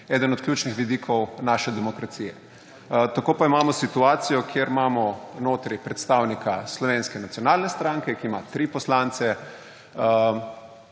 eden od ključnih vidikov naše demokracije. Tako pa imamo situacijo, kjer imamo notri predstavnika Slovenske nacionalne stranke, ki ima 3 poslance,